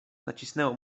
nacisnęło